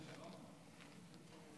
בבקשה, אדוני.